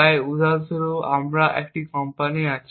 তাই উদাহরণ স্বরূপ আমাদের এমন একটি কোম্পানি আছে